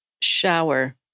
Shower